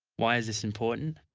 why is this important?